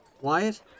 Wyatt